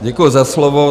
Děkuji za slovo.